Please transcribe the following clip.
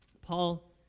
Paul